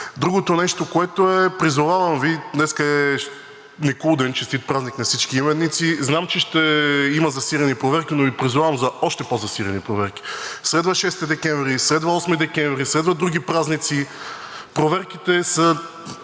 Другото нещо. Днес е Никулден – честит празник на всички именици! Знам, че ще има засилени проверки, но Ви призовавам за още по-засилени проверки. След 6 декември следва 8 декември, следват други празници – проверките са